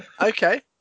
Okay